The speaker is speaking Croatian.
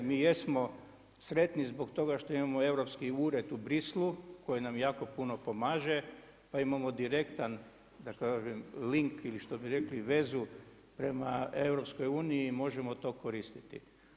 Mi jesmo sretni zbog toga što imamo europski ured u Bruxellesu koji nam jako puno pomaže, pa imamo direktan link ili što bi rekli vezu prema EU, možemo to koristiti.